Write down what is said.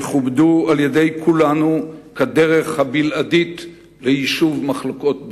יכובדו בידי כולנו כדרך הבלעדית ליישוב מחלוקת בינינו.